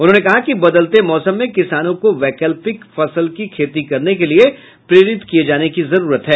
उन्होंने कहा कि बदलते मौसम में किसानों को वैकल्पिक फसल की खेती करने के लिए प्रेरित किये जाने की जरूरत है